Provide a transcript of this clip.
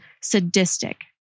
sadistic